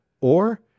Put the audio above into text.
Or